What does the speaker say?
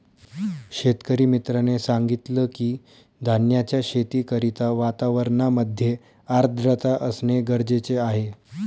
शेतकरी मित्राने सांगितलं की, धान्याच्या शेती करिता वातावरणामध्ये आर्द्रता असणे गरजेचे आहे